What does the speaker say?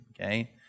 okay